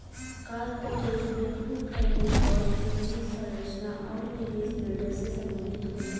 corporate वित्त में funding स्रोत, पूंजी संरचना आुर निवेश निर्णय से संबंधित होला